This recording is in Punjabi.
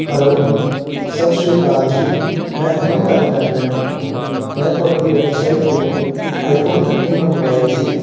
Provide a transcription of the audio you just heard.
ਹੈਲੋ ਸਤਿ ਸ਼੍ਰੀ ਅਕਾਲ ਜੀ ਮੈਂ ਅਮਨ ਗੱਲ ਕਰ ਰਿਹਾ ਹਾਂ ਮੈਂ ਤੁਹਾਡੀ ਵੈਬਸਾਈਟ ਤੋਂ ਇੱਕ ਆਈਫ਼ੋਨ ਥਰਟੀਨ ਮੰਗਵਾਇਆ ਸੀ